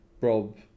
Rob